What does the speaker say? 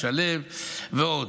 שלו ועוד,